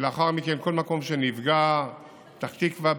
ולאחר מכן בכל מקום שנפגע פתח תקווה,